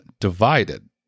divided